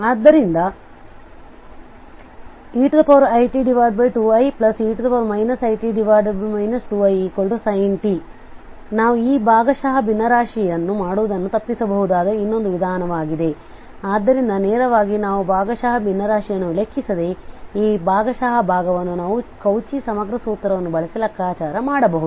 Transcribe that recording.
ಆದ್ದರಿಂದ eit2ie it 2isin t ಆದ್ದರಿಂದ ನಾವು ಈ ಭಾಗಶಃ ಭಿನ್ನರಾಶಿಯನ್ನು ಮಾಡುವುದನ್ನು ತಪ್ಪಿಸಬಹುದಾದ ಇನ್ನೊಂದು ವಿಧಾನವಾಗಿದೆ ಆದ್ದರಿಂದ ನೇರವಾಗಿ ನಾವು ಭಾಗಶಃ ಭಿನ್ನರಾಶಿಯನ್ನು ಲೆಕ್ಕಿಸದೆ ಈ ಭಾಗಶಃ ಭಾಗವನ್ನು ನಾವು ಕೌಚಿ ಸಮಗ್ರ ಸೂತ್ರವನ್ನು ಬಳಸಿ ಲೆಕ್ಕಾಚಾರ ಮಾಡಬಹುದು